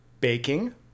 baking